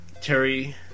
Terry